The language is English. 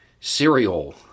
cereal